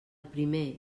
primer